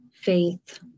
faith